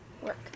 work